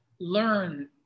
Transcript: learn